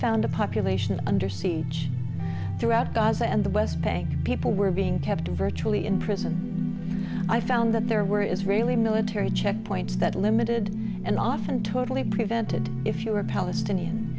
found a population under siege throughout gaza and the west bank people were being kept virtually in prison i found that there were israeli military checkpoints that limited and often totally prevented if you were a palestinian